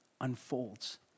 unfolds